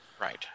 Right